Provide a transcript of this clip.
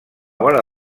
vora